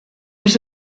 was